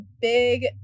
big